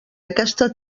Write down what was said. aquesta